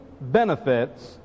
benefits